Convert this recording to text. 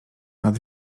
nad